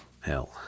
Hell